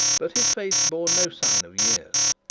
but his face bore no sign of years.